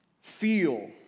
feel